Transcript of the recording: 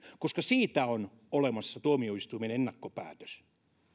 koska siitä on olemassa tuomioistuimen ennakkopäätös